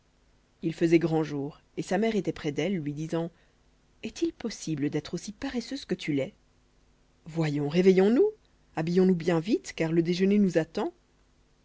il faisait grand jour et sa mère était près d'elle lui disant est-il possible d'être aussi paresseuse que tu l'es voyons réveillons nous habillons-nous bien vite car le déjeuner nous attend